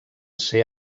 ser